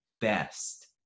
best